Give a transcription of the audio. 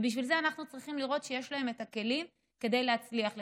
ובשביל זה אנחנו צריכים לראות שיש להם את הכלים להצליח בכך.